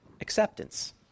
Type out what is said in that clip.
acceptance